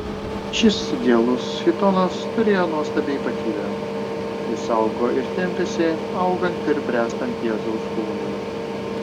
šis idealus chitonas turėjo nuostabią ypatybę jis augo ir tempėsi augant ir bręstant jėzaus kūnui